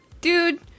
dude